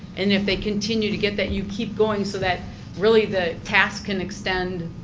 and if they continue to get that, you keep going so that really the task can extends